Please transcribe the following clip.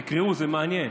תקראו, זה מעניין.